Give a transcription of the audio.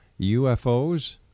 UFOs